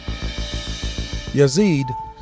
Yazid